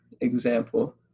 example